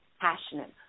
passionate